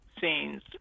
scenes